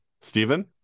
Stephen